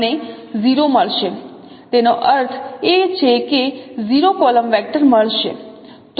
મને 0 મળશે તેનો અર્થ એ કે 0 કોલમ વેક્ટર મળશે